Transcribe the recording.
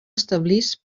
establisc